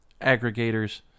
aggregators